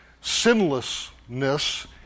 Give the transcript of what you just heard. sinlessness